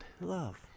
love